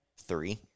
three